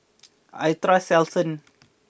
I trust Selsun